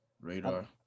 radar